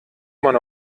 man